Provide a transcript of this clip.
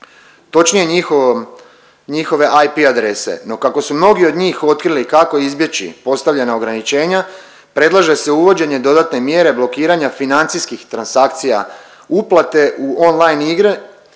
njihove IP adrese. No kako su mnogi od njih otkrili kako izbjeći postavljena ograničenja predlaže se uvođenje dodatne mjere blokiranja financijskih transakcija uplate u online igre